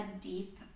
deep